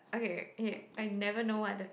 okay okay I never know what other